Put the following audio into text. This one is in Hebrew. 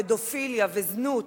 פדופיליה וזנות.